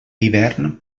hivern